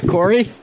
Corey